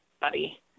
buddy